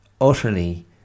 utterly